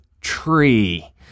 tree